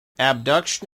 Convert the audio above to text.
abduction